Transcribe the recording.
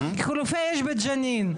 חילופי אש בג'נין,